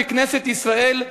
בכנסת ישראל.